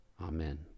Amen